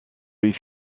louis